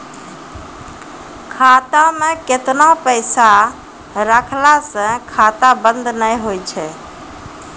खाता मे केतना पैसा रखला से खाता बंद नैय होय तै?